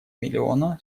миллиона